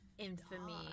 infamy